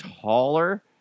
taller